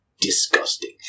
disgusting